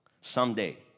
Someday